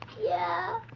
yeah.